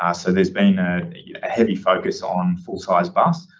ah so there's been a heavy focus on full sized bus,